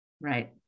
Right